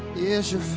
is your